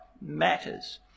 matters